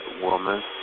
woman